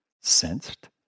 sensed